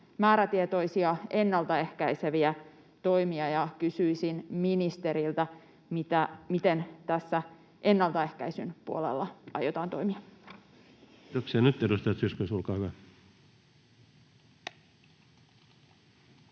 määrätietoisia ennalta ehkäiseviä toimia. Kysyisin ministeriltä: miten ennaltaehkäisyn puolella aiotaan toimia? Kiitoksia. — Nyt edustaja Zyskowicz, olkaa hyvä.